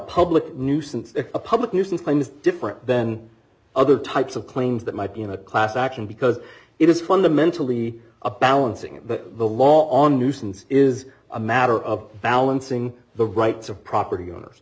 public nuisance claim is different then other types of claims that might be in a class action because it is fundamentally a balancing act but the law on nuisance is a matter of balancing the rights of property owners